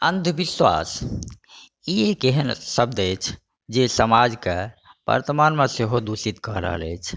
अंधविश्वास ई एक एहन शब्द अछि जे समाज के वर्तमान मे सेहो दूषित कऽ रहल अछि